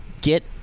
Get